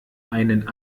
einen